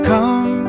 Come